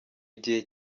igihe